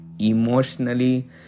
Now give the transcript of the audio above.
emotionally